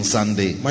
Sunday